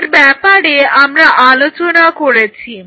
এর ব্যাপারে আমরা আলোচনা করেছি